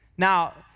Now